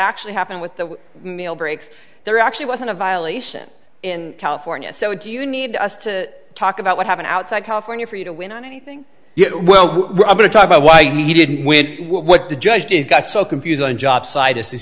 actually happened with the mail breaks there are actually wasn't a violation in california so do you need us to talk about what happened outside california for you to win on anything yet well we're going to talk about why he didn't win what the judge did got so confused on jobsite